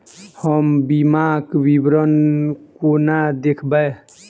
हम बीमाक विवरण कोना देखबै?